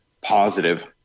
positive